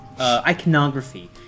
iconography